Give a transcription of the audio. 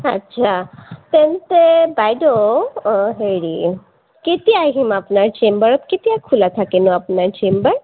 আচ্ছা তেন্তে বাইদেউ হেৰি কেতিয়া আহিম আপোনাৰ চেম্বাৰত কেতিয়া খোলা থাকেনো আপোনাৰ চেম্বাৰ